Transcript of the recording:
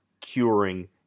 curing